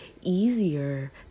easier